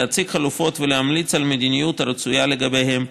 להציג חלופות ולהמליץ על המדיניות הרצויה בעניינם,